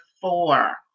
four